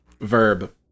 verb